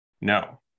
No